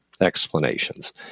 explanations